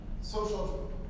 social